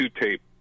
tape